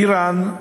איראן,